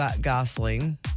Gosling